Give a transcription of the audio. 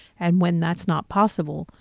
and when that's not possible,